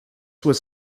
was